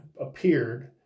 appeared